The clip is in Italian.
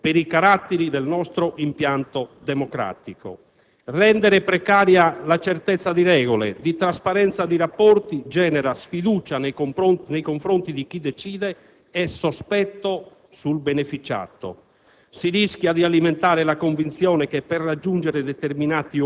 è mio parere irresponsabile ed avventuroso per i caratteri del nostro impianto democratico. Rendere precaria la certezza di regole e di trasparenza di rapporti genera sfiducia nei confronti di chi decide e sospetto sul beneficiato;